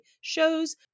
shows